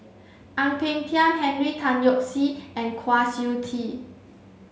Ang Peng Tiam Henry Tan Yoke See and Kwa Siew Tee